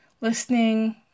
listening